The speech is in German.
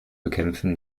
bekämpfen